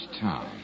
town